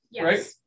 right